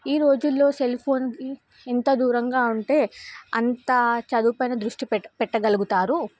ఈ రోజుల్లో సెల్ఫోన్ ఎంత దూరంగా ఉంటే అంతా చదువుపైన దృష్టి పెట్ట పెట్టగలుగుతారు